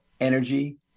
energy